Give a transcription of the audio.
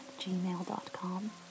gmail.com